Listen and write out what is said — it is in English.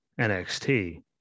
NXT